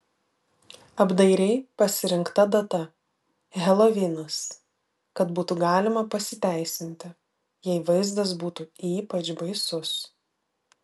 apdairiai pasirinkta data helovinas kad būtų galima pasiteisinti jei vaizdas būtų ypač baisus